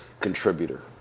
contributor